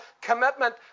commitment